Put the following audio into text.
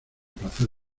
placer